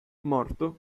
morto